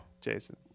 Jason